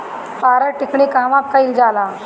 पारद टिक्णी कहवा कयील जाला?